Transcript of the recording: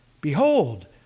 Behold